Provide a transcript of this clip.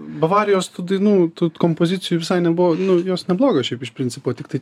bavarijos dainų kompozicijų visai nebuvo nu jos neblogos šiaip iš principo tiktai